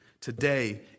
Today